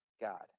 god